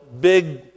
big